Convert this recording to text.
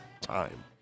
time